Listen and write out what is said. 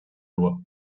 loi